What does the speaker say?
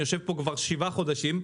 אני יושב פה כבר שבעה חודשים,